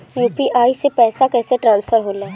UPI से पैसा कैसे ट्रांसफर होला?